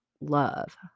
love